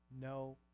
no